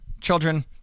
children